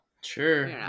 Sure